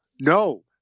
no